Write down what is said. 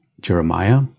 Jeremiah